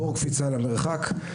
בור קפיצה למרחק.